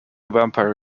vampire